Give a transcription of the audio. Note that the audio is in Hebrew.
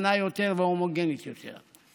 קטנה יותר והומוגנית יותר.